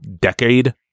decade